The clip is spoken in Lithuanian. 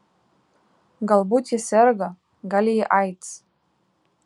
galbūt ji serga gal jai aids